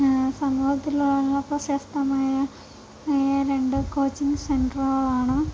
സമൂഹത്തിലുള്ള പ്രശസ്തമായ രണ്ട് കോച്ചിങ് സെൻറ്ററുകളാണ്